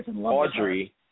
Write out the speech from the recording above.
Audrey